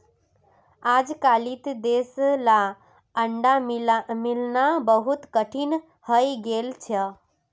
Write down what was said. अजकालित देसला अंडा मिलना बहुत कठिन हइ गेल छ